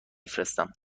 فرستم